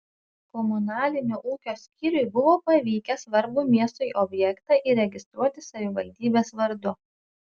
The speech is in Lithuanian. komunalinio ūkio skyriui buvo pavykę svarbų miestui objektą įregistruoti savivaldybės vardu